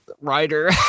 writer